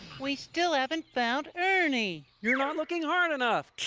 we still haven't found ernie. you're not looking hard enough.